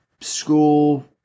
school